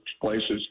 places